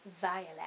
Violet